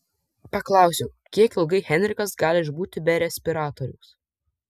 paklausiau kiek ilgai henrikas gali išbūti be respiratoriaus